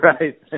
Right